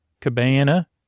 cabana